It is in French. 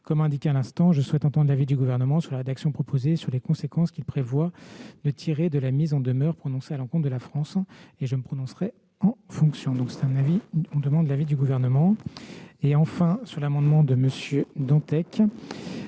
Comme indiqué à l'instant, je souhaite entendre l'avis du Gouvernement sur la rédaction proposée et sur les conséquences qu'il prévoit de tirer de la mise en demeure prononcée à l'encontre de la France. Je me prononcerai en fonction de cet avis. Enfin, l'amendement n° 5 rectifié de M. Dantec